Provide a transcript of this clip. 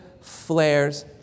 flares